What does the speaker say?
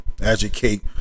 educate